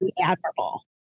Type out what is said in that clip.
admirable